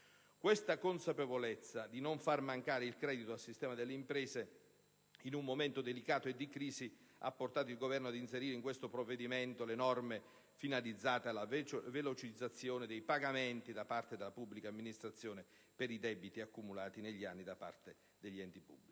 Questa consapevolezza dell'esigenza di non far mancare il credito al sistema delle imprese in un momento delicato e di crisi ha portato il Governo ad inserire in questo provvedimento le norme finalizzate alla velocizzazione dei pagamenti da parte della pubblica amministrazione per i debiti accumulati negli anni da parte degli enti pubblici.